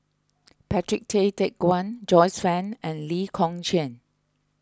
Patrick Tay Teck Guan Joyce Fan and Lee Kong Chian